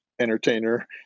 entertainer